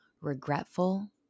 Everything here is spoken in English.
regretful